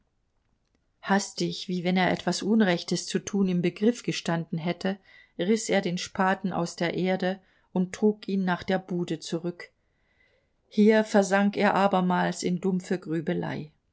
hastig wie wenn er etwas unrechtes zu tun im begriff gestanden hätte riß er den spaten aus der erde und trug ihn nach der bude zurück hier versank er abermals in dumpfe grübelei